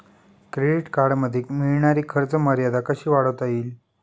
Credit कार्डमध्ये मिळणारी खर्च मर्यादा कशी वाढवता येईल?